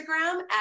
Instagram